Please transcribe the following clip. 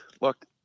look